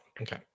Okay